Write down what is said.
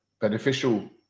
beneficial